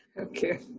Okay